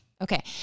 Okay